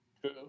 True